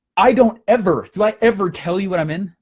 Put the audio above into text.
i don't ever like ever tell you what i'm in.